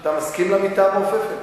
אתה מסכים למיטה המעופפת?